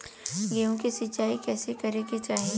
गेहूँ के सिंचाई कइसे करे के चाही?